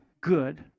good